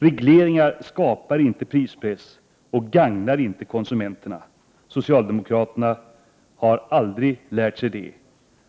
Regleringar skapar inte prispress och gagnar inte konsumenterna. Socialdemokraterna har aldrig lärt sig det.